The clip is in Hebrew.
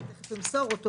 אני גם אמסור אותו,